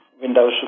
Windows